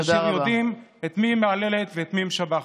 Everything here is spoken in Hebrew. אשר יודעים את מי היא מהללת ואת מי היא משבחת.